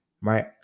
right